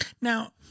Now